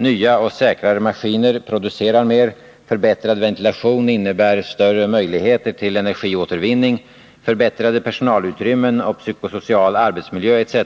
Nya och säkrare maskiner producerar mer, förbättrad ventilation innebär större möjligheter till energiåtervinning. Förbättrade personalutrymmen och psykosocial arbetsmiljö etc.